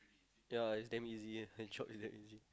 ya is damn easy my job is damn easy